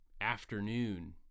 afternoon